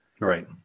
Right